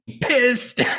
pissed